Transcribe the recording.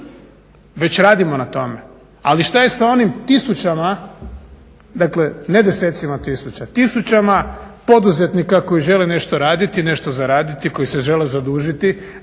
Već radimo na tome! Ali šta je sa onim tisućama, dakle ne desetcima tisuća, tisućama poduzetnika koji žele nešto raditi, nešto zaraditi, koji se žele zadužiti